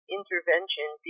intervention